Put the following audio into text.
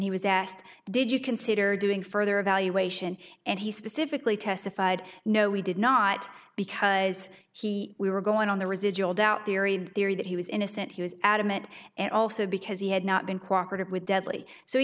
he was asked did you consider doing further evaluation and he specifically testified no we did not because he we were going on the residual doubt the theory that he was innocent he was adamant and also because he had not been cooperated with deadly so he